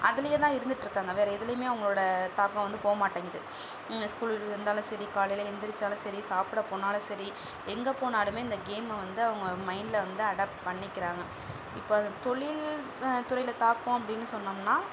அதுலேயேதான் இருந்துட்டிருக்காங்க வேற எதிலையுமே அவங்களோட தாக்கம் வந்து போக மாட்டேங்கிது இந்த ஸ்கூல் வந்தாலும் சரி காலையில எழுந்திரிச்சாலும் சரி சாப்பிட போனாலும் சரி எங்கே போனாலுமே இந்த கேமை வந்து அவங்க மைண்ட்ல வந்து அடாப்ட் பண்ணிக்கிறாங்க இப்போ தொழில் துறையில் தாக்கம் அப்படின்னு சொன்னோம்னால்